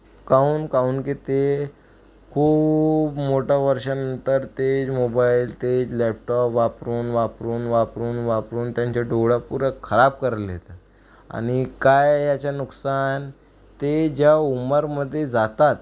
काउन काउन की ते खूप मोठं वर्षानंतर ते मोबाईल ते लॅपटॉप वापरून वापरून वापरून वापरून त्यांच्या डोळा पुरा खराब कर लेता आणि काय याचं नुकसान ते ज्या उमरमध्ये जातात